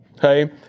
Hey